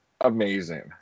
amazing